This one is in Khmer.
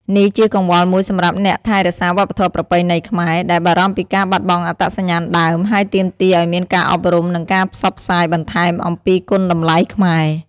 នេះជាកង្វល់មួយសម្រាប់អ្នកថែរក្សាវប្បធម៌ប្រពៃណីខ្មែរ ដែលបារម្ភពីការបាត់បង់អត្តសញ្ញាណដើម ហើយទាមទារឲ្យមានការអប់រំ និងការផ្សព្វផ្សាយបន្ថែមអំពីគុណតម្លៃខ្មែរ។